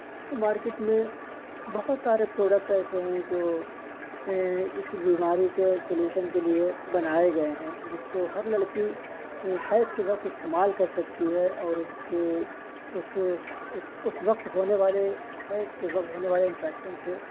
تو مارکیٹ میں بہت سارے پروڈکٹ ایسے ہے جو اس بیماری کے سولیوشن کے لیے بنائے گئے ہیں جس کو ہر لڑکی ہیض کے وقت استعمال کر سکتی ہے اور اس کے اس اس وقت ہونے والے حیض کے وقت ہونے والے انفیکشن سے